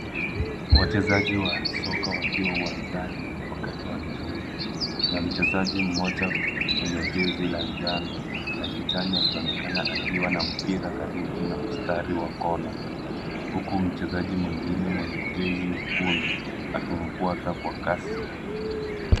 Wachezaji wa soka wakiwa uwanjani wakati wa michezo. Kuna mchezaji mmoja mwenye jezi la njano na kijani akionekana akiwa na mpira karibu mstari wa kona huku mchezaji mwingine mwenye jezi nyekundu akimfuata kwa kasi.